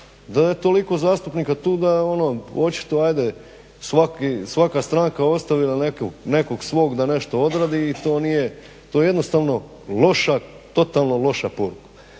da je toliko zastupnika tu, da je ono očito svaka stranka ostavila nekog svog da nešto odradi i to nije, to je jednostavno loša, totalno loša poruka.